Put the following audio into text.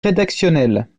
rédactionnelle